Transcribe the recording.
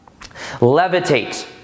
levitate